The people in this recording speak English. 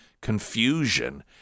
confusion